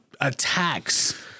attacks